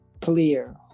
clear